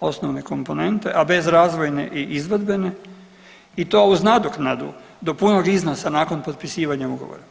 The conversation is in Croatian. osnovne komponente, a bez razvojne i izvedbene i to uz nadoknadu do punog iznosa nakon potpisivanja ugovora.